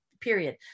period